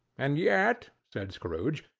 and yet, said scrooge,